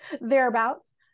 thereabouts